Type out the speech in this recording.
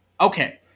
Okay